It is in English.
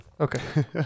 Okay